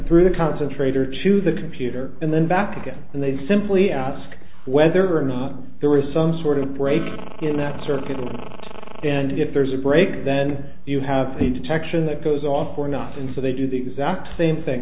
through the concentrator to the computer and then back again and they simply ask whether or not there is some sort of break in that circuit and if there's a break then you have a detection that goes off for nothing so they do the exact same thing